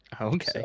Okay